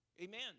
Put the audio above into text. Amen